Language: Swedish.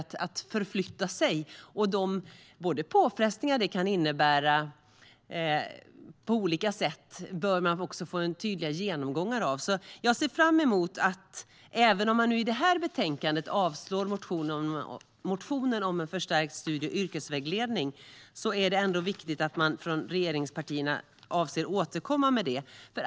Det handlar om att förflytta sig. Man bör också få en tydlig genomgång av de påfrestningar som det kan innebära på olika sätt. Även om man i detta betänkande avstyrker motionen om en förstärkt studie och yrkesvägledning är det viktigt att man från regeringspartierna avser att återkomma om detta.